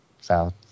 south